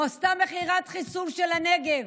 עשתה מכירת חיסול של הנגב